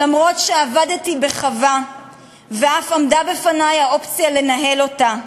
אף-על-פי שעבדתי בחווה ואף עמדה בפני האופציה לנהל אותה.